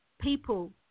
people